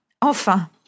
Enfin